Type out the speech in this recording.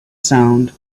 sound